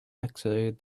exited